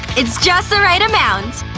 it's just the right amount!